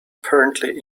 apparently